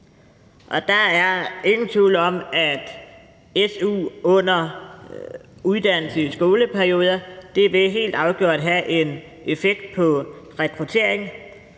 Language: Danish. der er ingen tvivl om, at su under uddannelse i skoleperioder helt afgørende vil have en effekt på rekrutteringen.